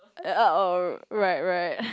ya oh right right